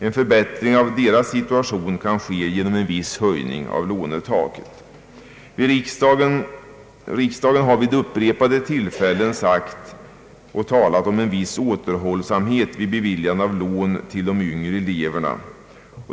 En förbättring av deras situation kan åstadkommas genom en viss höjning av lånetaket. Riksdagen har vid upprepade tillfällen talat om en viss återhållsamhet vid beviljande av lån till de yngre eleverna.